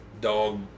dog